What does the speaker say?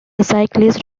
cyclist